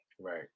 Right